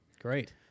great